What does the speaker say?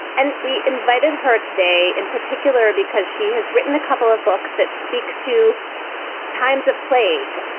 and we invited her today in particular because she has written a couple of books that speak to times of plague.